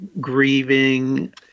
grieving